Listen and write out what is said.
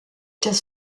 das